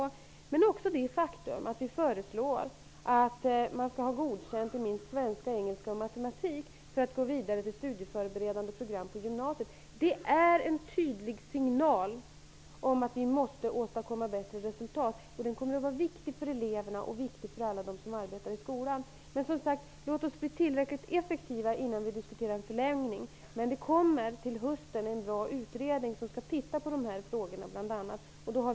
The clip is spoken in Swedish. Jag vill också framhålla det faktum att vi föreslår att man skall ha godkänt i minst svenska, engelska och matematik för att gå vidare till studieförberedande program på gymnasiet. Det är en tydlig signal om att vi måste åstadkomma bättre resultat. Den kommer att vara viktig för eleverna och för alla dem som arbetar i skolan. Låt oss som sagt bli tillräckligt effektiva innan vi diskuterar en förlängning. Till hösten kommer en bra utredning som skall se över bl.a. dessa frågor.